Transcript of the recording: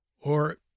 or